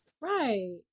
Right